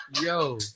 Yo